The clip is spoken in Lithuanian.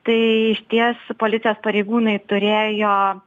tai išties policijos pareigūnai turėjo